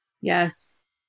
Yes